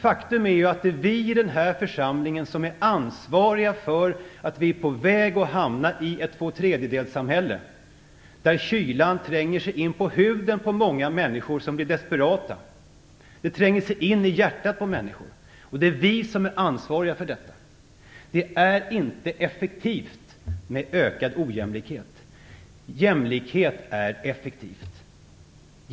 Faktum är att det är vi i den här församlingen som är ansvariga för att vi är på väg att hamna i ett tvåtredjedelssamhälle, där kylan tränger sig in på huden på många människor som blir desperata. Den tränger sig in i hjärtat på människor. Det är vi som är ansvariga för detta. Det är inte effektivt med ökad ojämlikhet. Jämlikhet är effektivt.